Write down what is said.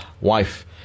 wife